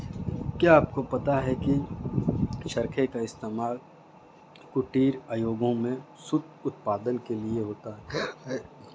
क्या आपको पता है की चरखे का इस्तेमाल कुटीर उद्योगों में सूत उत्पादन के लिए होता है